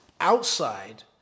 outside